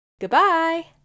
Goodbye